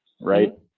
right